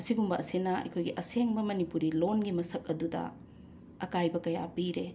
ꯑꯁꯤꯒꯨꯝꯕ ꯑꯁꯤꯅ ꯑꯩꯈꯣꯏꯒꯤ ꯑꯁꯦꯡꯕ ꯃꯅꯤꯄꯨꯔꯤ ꯂꯣꯟꯒꯤ ꯃꯁꯛ ꯑꯗꯨꯗ ꯑꯀꯥꯏꯕ ꯀꯌꯥ ꯄꯤꯔꯦ